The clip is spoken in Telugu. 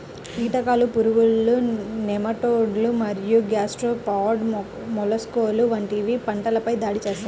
కీటకాలు, పురుగులు, నెమటోడ్లు మరియు గ్యాస్ట్రోపాడ్ మొలస్క్లు వంటివి పంటలపై దాడి చేస్తాయి